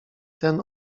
ten